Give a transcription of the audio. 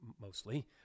mostly